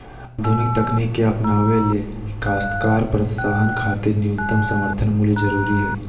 आधुनिक तकनीक के अपनावे ले काश्तकार प्रोत्साहन खातिर न्यूनतम समर्थन मूल्य जरूरी हई